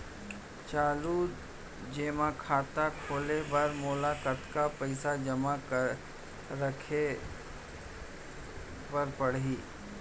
चालू जेमा खाता खोले बर मोला कतना पइसा जेमा रखे रहे बर पड़ही?